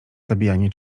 zabijanie